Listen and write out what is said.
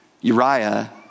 Uriah